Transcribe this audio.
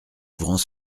ouvrant